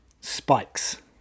spikes